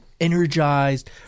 energized